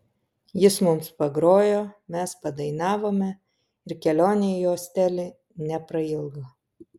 jis mums pagrojo mes padainavome ir kelionė į hostelį neprailgo